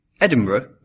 Edinburgh